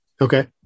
Okay